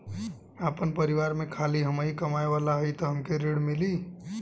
आपन परिवार में खाली हमहीं कमाये वाला हई तह हमके ऋण मिली?